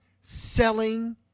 selling